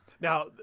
Now